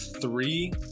Three